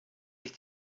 sich